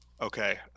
Okay